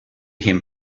him